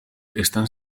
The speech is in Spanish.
están